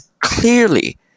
Clearly